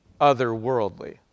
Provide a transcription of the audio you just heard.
otherworldly